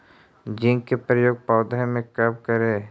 Zinc के प्रयोग पौधा मे कब करे?